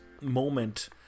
moment